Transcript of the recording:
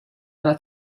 dalla